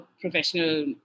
professional